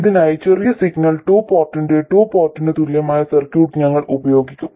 ഇതിനായി ചെറിയ signal two പോർട്ടിന്റെ ടു പോർട്ടിന് തുല്യമായ സർക്യൂട്ട് ഞങ്ങൾ ഉപയോഗിക്കും